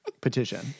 petition